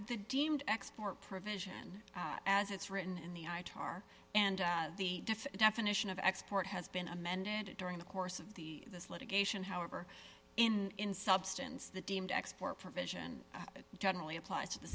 the deemed export provision as it's written in the i tar and the diff definition of export has been amended during the course of the this litigation however in in substance the deemed export for vision generally applies to the